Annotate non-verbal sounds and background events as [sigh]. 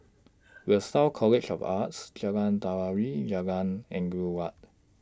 [noise] Lasalle College of Arts Jalan Telawi and Jalan Angin Laut